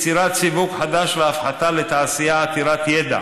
יצירת סיווג חדש והפחתה לתעשייה עתירת ידע.